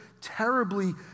terribly